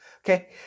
okay